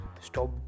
stop